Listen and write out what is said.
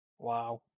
Wow